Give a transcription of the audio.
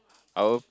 I will